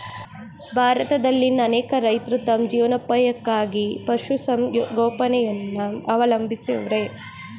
ಭಾರತದಲ್ಲಿನ್ ಅನೇಕ ರೈತ್ರು ತಮ್ ಜೀವನೋಪಾಯಕ್ಕಾಗಿ ಪಶುಸಂಗೋಪನೆಯನ್ನ ಅವಲಂಬಿಸವ್ರೆ